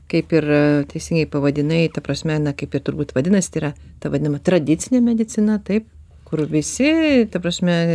kaip ir teisingai pavadinai ta prasme na kaip ir turbūt vadinasi tai yra ta vadinama tradicinė medicina taip kur visi ta prasme